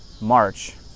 March